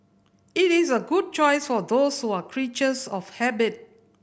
it is a good choice for those who are creatures of habit